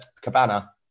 Cabana